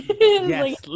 Yes